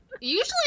Usually